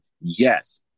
yes